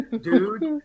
dude